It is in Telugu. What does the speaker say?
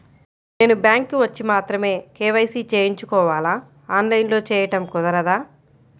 నేను బ్యాంక్ వచ్చి మాత్రమే కే.వై.సి చేయించుకోవాలా? ఆన్లైన్లో చేయటం కుదరదా?